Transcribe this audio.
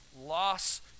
loss